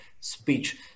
speech